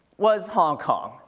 was hong kong.